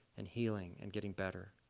and healing, and getting better.